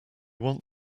want